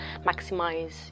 maximize